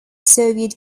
soviet